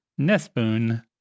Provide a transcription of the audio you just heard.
Nespoon